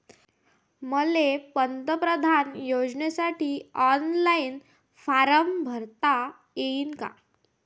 मले पंतप्रधान योजनेसाठी ऑनलाईन फारम भरता येईन का?